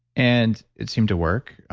and it seemed to work.